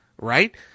right